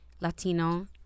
Latino